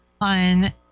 on